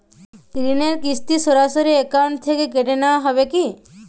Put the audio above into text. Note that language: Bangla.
ঋণের কিস্তি সরাসরি অ্যাকাউন্ট থেকে কেটে নেওয়া হয় কি?